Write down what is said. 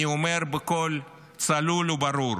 אני אומר בקול צלול וברור: